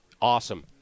awesome